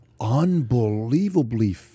unbelievably